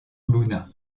luna